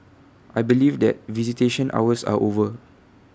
I believe that visitation hours are over